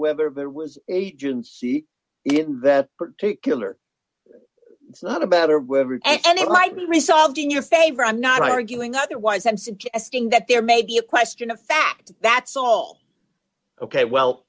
whether there was agency that particular it's not about or whatever and it might be resolved in your favor i'm not arguing otherwise i'm suggesting that there may be a question of fact that's all ok well